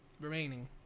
remaining